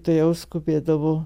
tuojau skubėdavo